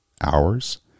hours